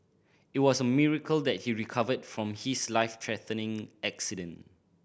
it was a miracle that he recovered from his life threatening accident